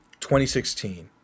2016